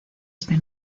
este